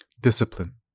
Discipline